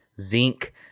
zinc